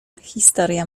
historia